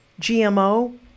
GMO